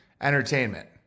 entertainment